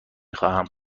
خواهم